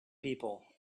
people